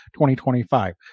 2025